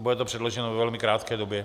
Bude to předloženo ve velmi krátké době.